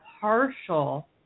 partial